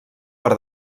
per